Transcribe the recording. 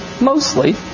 mostly